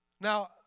Now